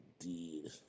Indeed